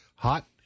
Hot